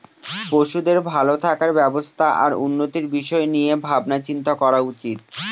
পশুদের ভালো থাকার ব্যবস্থা আর উন্নতির বিষয় নিয়ে ভাবনা চিন্তা করা উচিত